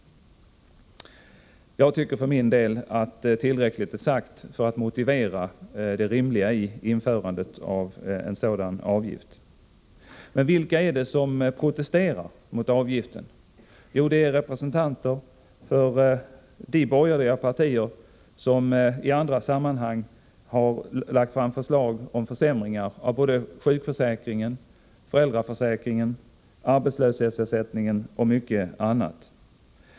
Jag tycker för min del att tillräckligt är sagt för att motivera det rimliga i införandet av en sådan avgift. Vilka är det som protesterar mot avgiften? Jo, det är representanter för de borgerliga partier som i andra sammanhang har lagt fram förslag om försämringar av sjukförsäkringen, föräldraförsäkringen, arbetslöshetsersättningen och mycket annat.